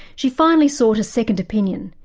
she finally sought a second opinion,